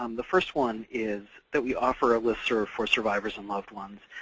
um the first one is that we offer a listserv for survivors and loved ones,